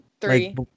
three